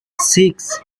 six